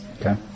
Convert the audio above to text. Okay